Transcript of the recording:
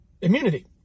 immunity